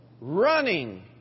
running